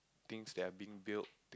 things that are being built